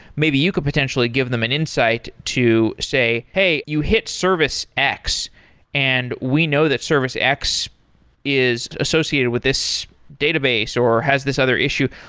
maybe you could potentially give them an insight to say, hey, you hit service x and we know that service x is associated with this database, or has this other issue.